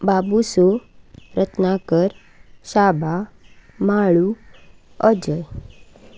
Babuso Ratnakar Shaba Mhalu Ajay